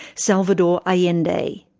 salvador allende.